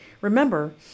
Remember